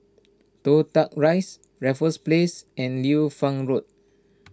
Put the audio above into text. Toh Tuck Rise Raffles Place and Liu Fang Road